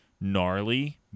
gnarly